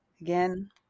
again